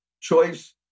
Choice